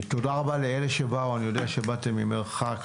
תודה רבה לכל מי שבא, אני יודע שבאתם ממרחק.